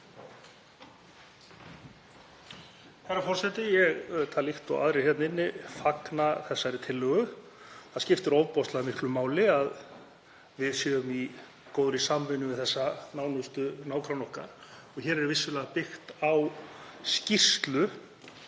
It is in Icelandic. Herra forseti. Ég, líkt og aðrir hér inni, fagna þessari tillögu. Það skiptir ofboðslega miklu máli að við séum í góðri samvinnu við þessa nánustu nágranna okkar. Hér er vissulega byggt á skýrslu